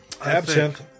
Absent